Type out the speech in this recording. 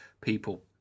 people